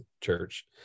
church